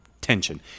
tension